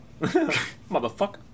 motherfucker